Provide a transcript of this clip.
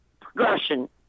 progression